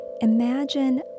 imagine